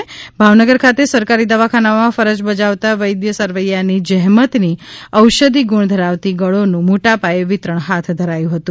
ભાવનગર ના દિહોર ખાતે સરકારી દવાખાના માં ફરજ બજાવતા વૈદ્ય સરવૈયા ની જહેમત ની ઔષધિ ગુણ ધરાવતી ગળો નું મોટાપાયે વિતરણ હાથ ધરાયું હતું